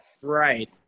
Right